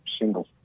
single